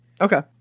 Okay